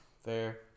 Fair